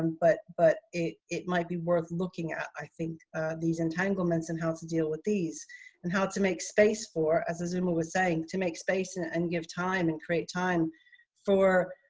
but but it. it might be worth looking at. i think these entanglements and how to deal with these and how to make space for, as azumah was saying to make space and and give time and create time for,